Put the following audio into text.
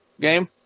game